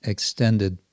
Extended